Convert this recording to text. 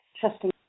trusting